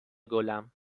گلم